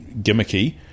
gimmicky